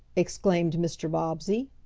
exclaimed mr. bobbsey.